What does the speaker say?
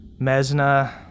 Mesna